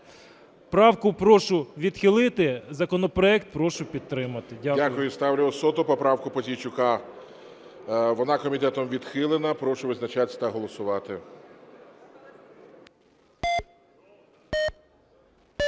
Правку прошу відхилити. Законопроект прошу підтримати. Дякую. ГОЛОВУЮЧИЙ. Дякую. Ставлю 100 поправку Пузійчука. Вона комітетом відхилена. Прошу визначатись та голосувати.